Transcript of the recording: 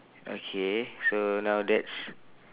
okay so now that's